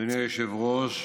אדוני היושב-ראש,